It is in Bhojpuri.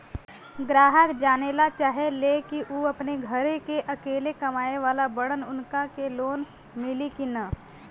ग्राहक जानेला चाहे ले की ऊ अपने घरे के अकेले कमाये वाला बड़न उनका के लोन मिली कि न?